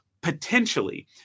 Potentially